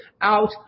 out